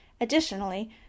Additionally